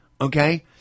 okay